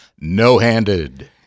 no-handed